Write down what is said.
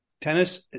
tennis